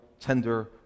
tender